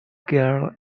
girl